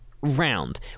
round